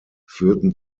führten